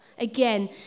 Again